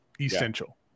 essential